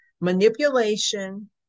manipulation